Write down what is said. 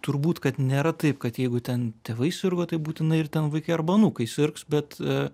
turbūt kad nėra taip kad jeigu ten tėvai sirgo tai būtinai ir ten vaikai arba anūkai sirgs bet